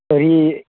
तर्हि